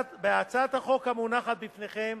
בהצעת החוק המונחת בפניכם